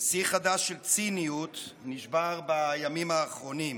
שיא חדש של ציניות נשבר בימים האחרונים.